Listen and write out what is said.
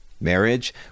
marriage